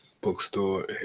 bookstore